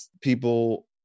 people